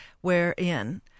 wherein